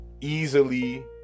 easily